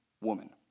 woman